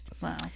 wow